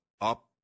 up